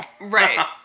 Right